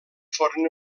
foren